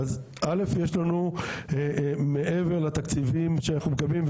א' יש לנו מעבר לתקציבים שאנחנו מקבלים,